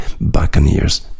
Buccaneers